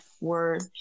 word